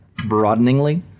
broadeningly